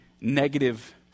negative